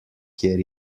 kjer